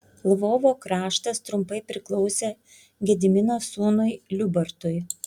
lvovo kraštas trumpai priklausė gedimino sūnui liubartui